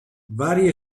varie